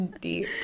deep